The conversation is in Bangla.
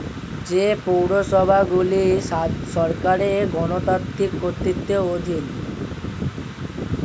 যে পৌরসভাগুলি সরকারের গণতান্ত্রিক কর্তৃত্বের অধীন